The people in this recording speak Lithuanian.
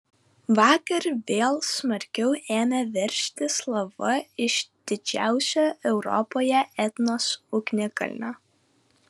vakar vėl smarkiau ėmė veržtis lava iš didžiausio europoje etnos ugnikalnio